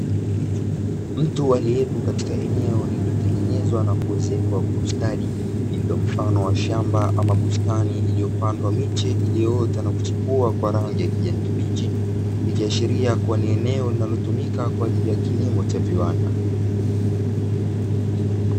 Mtu aliyepo katika eneo lililotengenezwa na kuezekwa kwa ustadi, lililo mfano wa shamba ama bustani iliyopandwa miche iliyoota na kuchipua kwa rangi ya kijani kibichi. Ikiashiria kuwa ni eneo linalotumika kwa ajili ya kilimo cha viwanda.